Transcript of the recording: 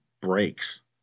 breaks